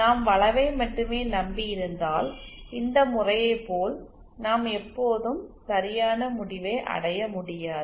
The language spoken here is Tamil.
நாம் வளைவை மட்டுமே நம்பியிருந்தால் இந்த முறையை போல நாம் எப்போதும் சரியான முடிவை அடைய முடியாது